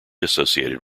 associated